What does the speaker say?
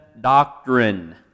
doctrine